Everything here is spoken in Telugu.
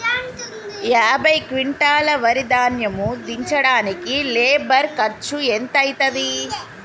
యాభై క్వింటాల్ వరి ధాన్యము దించడానికి లేబర్ ఖర్చు ఎంత అయితది?